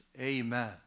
Amen